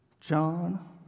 John